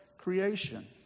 creation